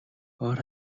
ойр